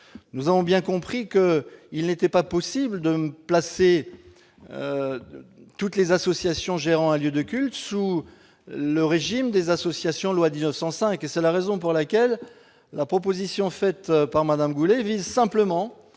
Nous avons bien compris qu'il n'était pas possible de placer toutes les associations gérant un lieu de culte sous le régime des associations de la loi de 1905. C'est la raison pour laquelle la proposition faite par Mme Goulet vise simplement